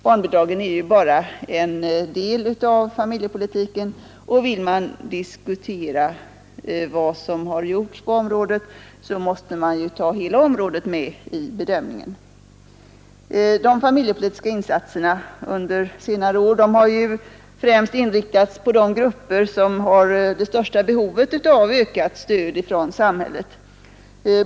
Barnbidragen är ju bara en del av familjepolitiken, och vill man diskutera vad som har gjorts måste man ta hela området med i bedömningen. De familjepolitiska insatserna under senare år har som bekant främst inriktats på de grupper som har det största behovet av ökat stöd från samhället.